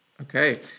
Okay